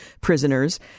prisoners